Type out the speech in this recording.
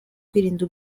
kwirinda